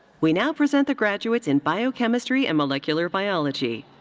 we now present the graduates in biochemistry and molecular biology.